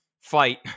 Fight